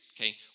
Okay